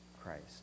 Christ